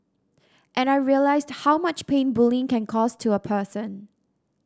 and I realised how much pain bullying can cause to a person